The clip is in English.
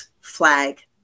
Flag